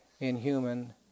inhuman